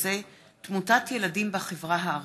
הכנסת יוסף ג'בארין בנושא: תמותת ילדים בחברה הערבית.